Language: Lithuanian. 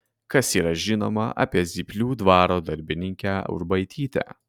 kas yra žinoma apie zyplių dvaro darbininkę urbaitytę